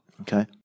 Okay